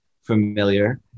familiar